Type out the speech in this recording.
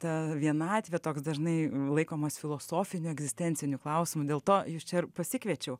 ta vienatvė toks dažnai laikomas filosofiniu egzistenciniu klausimu dėl to jus čia pasikviečiau